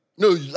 No